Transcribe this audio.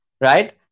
right